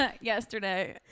yesterday